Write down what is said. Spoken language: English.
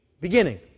beginning